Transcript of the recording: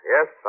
Yes